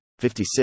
56